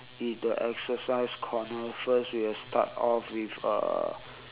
in the exercise corner first we will start off with uh